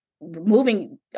moving